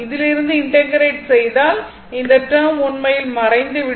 இதிலிருந்து இன்டெக்ரேட் செய்தால் இந்த டேர்ம் உண்மையில் மறைந்துவிடும்